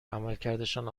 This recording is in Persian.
عملکردشان